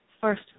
first